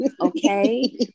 okay